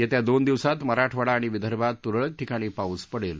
येत्या दोन दिवसात मराठवाडा आणि विदर्भात तुरळक ठिकाणी पाऊस पडेल